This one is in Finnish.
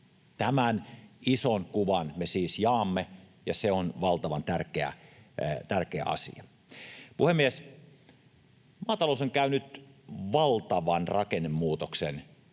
Tämän ison kuvan me siis jaamme, ja se on valtavan tärkeä asia. Puhemies! Maatalous on käynyt valtavan rakennemuutoksen